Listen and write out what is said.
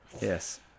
Yes